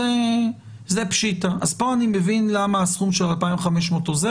זה לא בעיות של מחשוב.